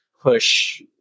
push